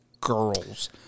girls